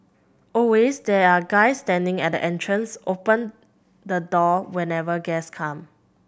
always there are guys standing at the entrance open the door whenever guests come